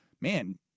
Man